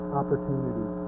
opportunity